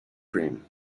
cream